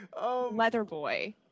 Leatherboy